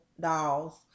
dolls